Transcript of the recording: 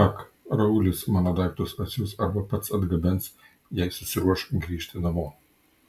ak raulis mano daiktus atsiųs arba pats atgabens jei susiruoš grįžti namo